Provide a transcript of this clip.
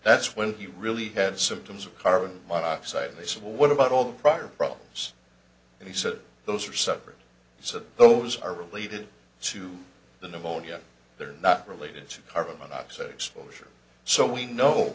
that's when he really had symptoms of carbon monoxide and they said well what about all the prior problems and he said those are separate so those are related to the pneumonia they're not related to carbon monoxide exposure so we know